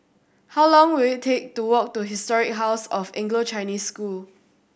how long will it take to walk to Historic House of Anglo Chinese School